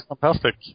fantastic